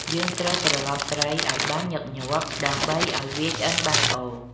យើងត្រូវត្រឡប់ត្រីឲ្យបានញឹកញាប់ ដើម្បីឲ្យវាឆ្អិនបានល្អ។